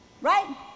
Right